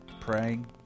praying